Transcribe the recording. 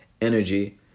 energy